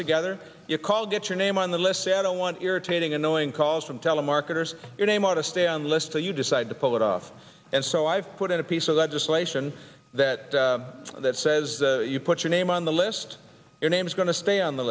together you call get your name on the list say i don't want irritating annoying calls from telemarketers your name or to stay on the list or you decide to pull it off and so i've put in a piece of legislation that that says that you put your name on the list your name is going to stay on the